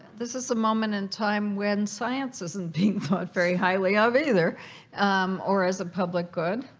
this is a moment in time when science isn't being thought very highly of either or as a public good